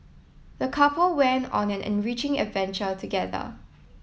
the couple went on an enriching adventure together